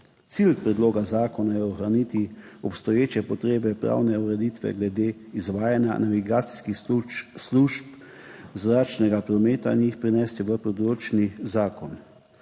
Cilj predloga zakona je ohraniti obstoječe potrebe pravne ureditve glede izvajanja navigacijskih služb zračnega prometa in jih prenesti v področni zakon